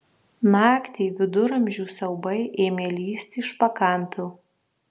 naktį viduramžių siaubai ėmė lįsti iš pakampių